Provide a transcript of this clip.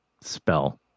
spell